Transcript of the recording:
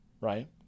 right